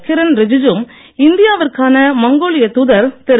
கிரண் ரிஜிஜு இந்தியாவிற்கான மங்கோலிய தூதர் திரு